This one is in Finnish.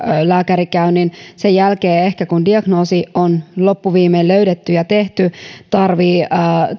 lääkärikäynnin sen jälkeen ehkä kun diagnoosi on loppuviimein löydetty ja tehty tarvitsee